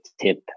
tip